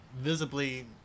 visibly